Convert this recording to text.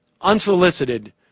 unsolicited